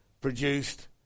produced